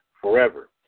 forever